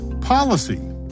policy